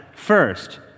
First